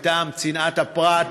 מטעם צנעת הפרט,